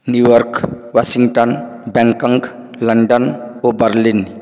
New York Washington Bangkok London ଓ Berlin